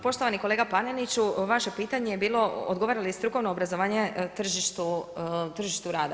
Poštovani kolega Paneniću, vaše pitanje je bilo odgovara li strukovno obrazovanje tržištu rada.